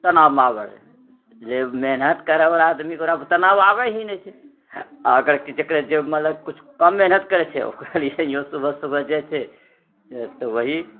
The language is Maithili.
तनावमे आबै जे मेहनत करयवला आदमी ओकरा तनाव आबैए ही नहि छै आओर जकरा जे मतलब कुछ कम मेहनत करै छै ओकरा लिए ओ सुबह सुबह जाइ छै तऽ वही